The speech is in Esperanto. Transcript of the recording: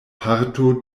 parto